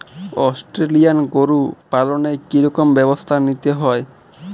Australian গরু পালনে কি রকম ব্যবস্থা নিতে হয়?